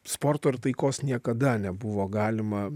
sporto ir taikos niekada nebuvo galima